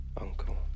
uncle